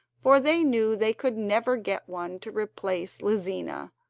for they knew they could never get one to replace lizina,